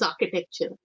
architecture